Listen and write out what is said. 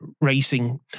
racing